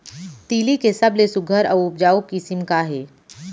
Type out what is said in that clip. तिलि के सबले सुघ्घर अऊ उपजाऊ किसिम का हे?